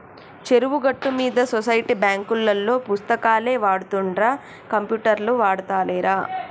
చెరువు గట్టు మీద సొసైటీ బాంకులోల్లు పుస్తకాలే వాడుతుండ్ర కంప్యూటర్లు ఆడుతాలేరా